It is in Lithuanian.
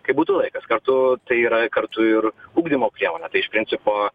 kai būtų laikas kartu tai yra kartu ir ugdymo priemonė tai iš principo